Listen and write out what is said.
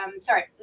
sorry